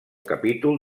capítol